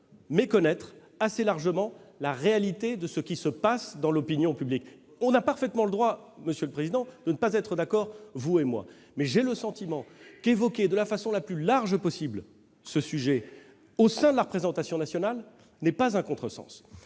méconnaître assez largement la réalité de l'opinion publique. Nous avons parfaitement le droit de ne pas être d'accord, vous et moi, mais j'ai le sentiment qu'évoquer de la façon la plus large possible ce sujet au sein de la représentation nationale n'est pas un contresens.